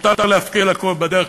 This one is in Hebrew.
מותר להפקיר הכול בדרך,